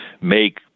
make